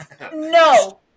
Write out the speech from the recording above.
No